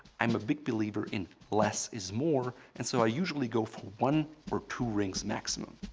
i'm a big believer in less is more and so i usually go for one or two rings maximum.